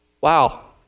Wow